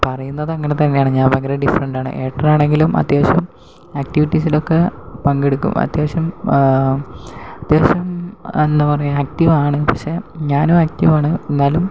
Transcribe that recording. പറയുന്നതങ്ങനെ തന്നെയാണ് ഞാൻ ഭയങ്കര ഡിഫറൻറ് ആണ് ഏട്ടനാണെങ്കിലും അത്യാവശ്യം ആക്ടിവിറ്റീസിലൊക്കെ പങ്കെടുക്കും അത്യാവശ്യം അത്യാവശ്യം എന്താ പറയുക ആക്റ്റീവാണ് പക്ഷെ ഞാനും ആക്റ്റീവാണ് എന്നാലും